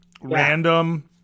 Random